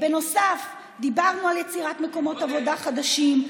נוסף על כך דיברנו על יצירת מקומות עבודה חדשים.